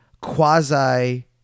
quasi